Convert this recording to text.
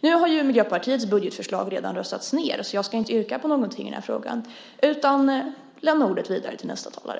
Nu har ju Miljöpartiets budgetförslag redan röstats ned. Jag ska därför inte yrka på någonting i den här frågan utan i stället lämna plats åt nästa talare.